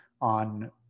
on